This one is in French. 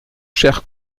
cher